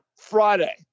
Friday